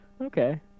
Okay